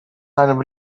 einem